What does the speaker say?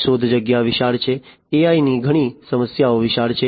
શોધ જગ્યા વિશાળ છે AI ની ઘણી સમસ્યાઓ વિશાળ છે